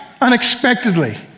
unexpectedly